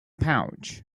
pouch